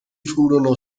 furono